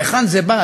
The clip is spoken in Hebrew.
מהיכן זה בא,